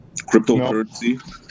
cryptocurrency